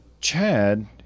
Chad